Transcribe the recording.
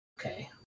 Okay